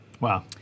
Wow